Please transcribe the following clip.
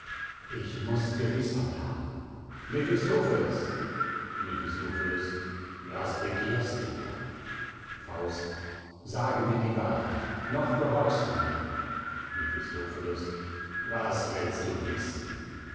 ich muß gewissheit haben mephistopheles mephistopheles was begehrst du faust sage mir die wahrheit noch gehorchst du mir mephistopheles was willst du wißen